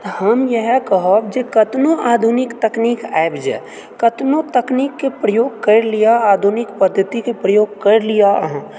तऽ हम इएह कहब जे कतनो आधुनिक तकनीक आबि जाए कतनो तकनीकके प्रयोग करि लिअऽ आधुनिक पद्धतिके प्रयोग करि लिअऽ अहाँ